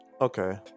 Okay